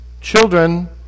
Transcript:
Children